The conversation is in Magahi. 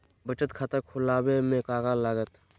बचत खाता खुला बे में का का लागत?